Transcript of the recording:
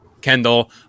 Kendall